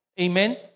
Amen